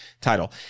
title